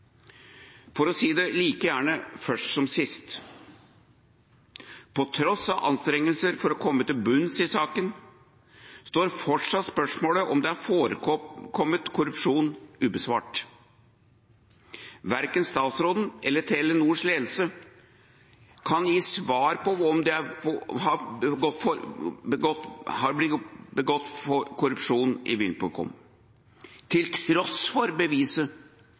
For å si det like gjerne først som sist: På tross av anstrengelser for å komme til bunns i saken, står fortsatt spørsmålet om det har forekommet korrupsjon, ubesvart. Verken statsråden eller Telenors ledelse kan gi svar på om det har foregått korrupsjon i VimpelCom, til tross for beviset om de 700 mill. kr. Det er heller ikke i